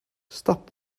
stop